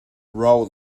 roll